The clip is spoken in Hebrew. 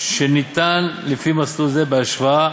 שניתן לפי מסלול זה בהשוואה